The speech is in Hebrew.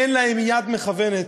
אין להם יד מכוונת,